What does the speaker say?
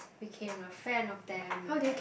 became a fan of them